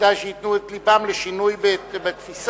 כדאי שייתנו את לבם לשינוי בתפיסה